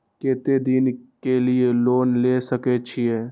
केते दिन के लिए लोन ले सके छिए?